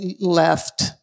left